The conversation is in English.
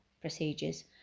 procedures